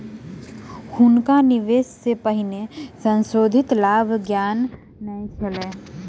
हुनका निवेश सॅ पहिने संशोधित लाभक ज्ञान नै छल